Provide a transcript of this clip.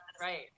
right